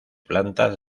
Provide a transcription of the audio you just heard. plantas